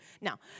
Now